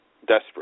desperate